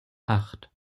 acht